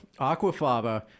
aquafaba